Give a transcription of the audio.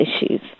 issues